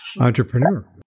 entrepreneur